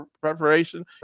preparation